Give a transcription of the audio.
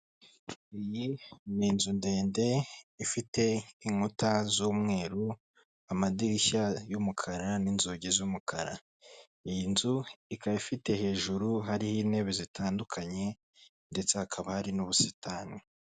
Iyi ni inzu ndende ifite inkuta z'umweru amadirishya y'umukara n'inzugi z'umukara iyi nzu ikaba ifite hejuru hariho intebe zitandukanye ndetse hakaba hari n'ubusitani.